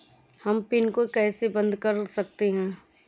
हम पिन को कैसे बंद कर सकते हैं?